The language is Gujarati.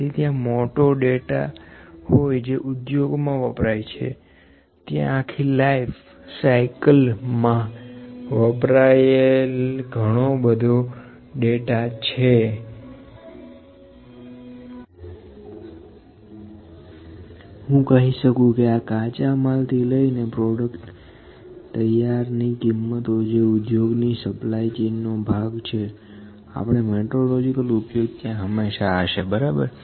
તેથી ત્યાં મોટો ડેટા હોય જે ઉદ્યોગો મા વપરાય છે ત્યાં આખી લાઈફ સાઇકલ મા વપરાયેલ ઘણો બધો ડેટા છેહું કહી શકું કે આ કાચા માલથી લઈને પ્રોડક્ટ તૈયાર ની કિંમતો જે ઉદ્યોગની સપ્લાય ચેઈન નો ભાગ છે આપણે મેટ્રોલોજિકલ ઉપયોગ ત્યાં હંમેશા હશે બરાબર